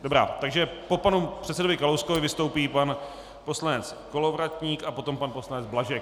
Dobrá, takže po panu předsedovi Kalouskovi vystoupí pan poslanec Kolovratník, potom pan poslanec Blažek.